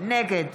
נגד